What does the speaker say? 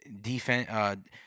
defense